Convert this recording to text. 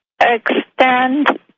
extend